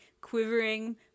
quivering